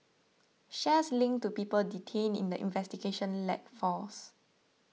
shares linked to people detained in the investigation led falls